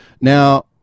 Now